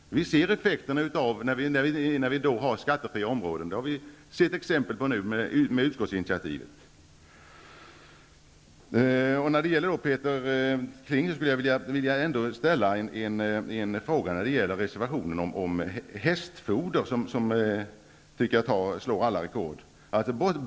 Vi kan se effekterna på skattefria områden. Det har utskottsinitiativet visat exempel på. Till Peter Kling vill jag ställa en fråga när det gäller reservationen om hästfoder, som jag tycker slår alla rekord.